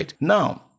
Now